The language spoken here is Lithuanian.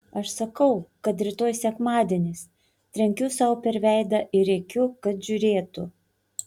aš sakau kad rytoj sekmadienis trenkiu sau per veidą ir rėkiu kad žiūrėtų